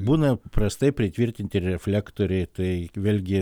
būna paprastai pritvirtinti reflektoriai tai vėlgi